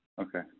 Okay